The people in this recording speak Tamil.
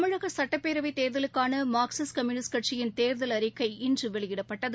தமிழகசுட்டப்பேரவைத் தேர்தலுக்கானமார்க்சிஸ்ட் கம்யூனிஸ்ட் கட்சியின் தேர்தல் அறிக்கை இன்றுவெளியிடப்பட்டது